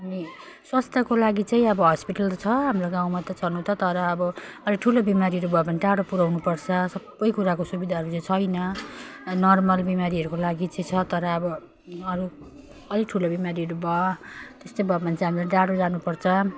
अनि स्वास्थ्यको लागि चाहिँ अब हस्पिटल छ हाम्रो गाउँमा त छनु त तर अब अलिक ठुलो बिमारीहरू भयो भने टाढो पुऱ्याउनु पर्छ सबै कुराको सुविधाहरू चाहिँ छैन नर्मल बिमारीहरूको लागि चाहिँ छ तर अब अरू अलिक ठुलो बिमारीहरू भयो त्यस्तै भयो भने चाहिँ हामीलाई टाढो जानुपर्छ